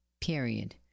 period